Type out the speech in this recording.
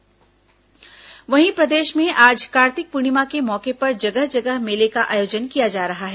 कार्तिक पूर्णिमा वहीं प्रदेश में आज कार्तिक पूर्णिमा के मौके पर जगह जगह मेले का आयोजन किया जा रहा है